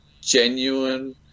genuine